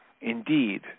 Indeed